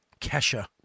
Kesha